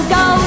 go